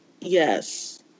Yes